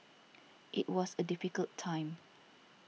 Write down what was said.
it was a difficult time